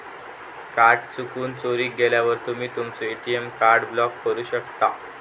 card चुकून, चोरीक गेल्यावर तुम्ही तुमचो ए.टी.एम कार्ड ब्लॉक करू शकता